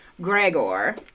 Gregor